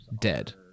dead